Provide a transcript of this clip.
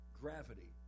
gravity